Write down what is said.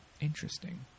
Interesting